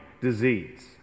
disease